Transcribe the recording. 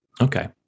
Okay